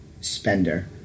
spender